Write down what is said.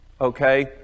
Okay